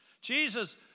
Jesus